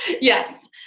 Yes